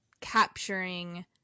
capturing